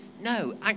No